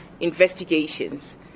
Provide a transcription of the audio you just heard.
investigations